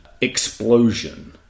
explosion